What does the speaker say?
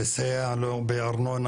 לסייע לו בארנונה,